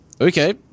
okay